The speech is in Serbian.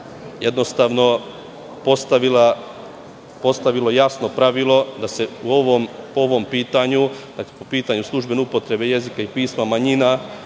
jednostavno postavilo jasno pravilo da se po ovom pitanju, po pitanju službene upotrebe jezika i pisma manjina,